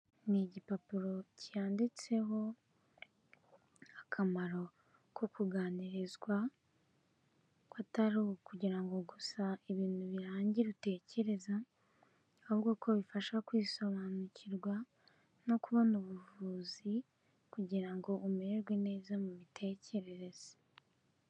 Ni igipapuro cyanyanditseho akamaro ko kuganirizwa, kutari ukugira ngo gusa ibintu birangire utekereza, ahubwo ko bifasha kwisobanukirwa no kubona ubuvuzi kugira ngo umererwe neza mu mitekerereze.